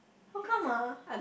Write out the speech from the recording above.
how come ah